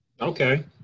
okay